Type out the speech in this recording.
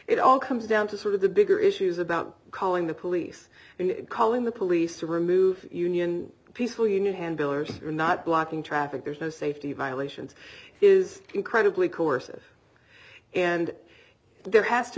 it all comes down to sort of the bigger issues about calling the police and calling the police to remove union peaceful union handlers are not blocking traffic there's no safety violations is incredibly courses and there has to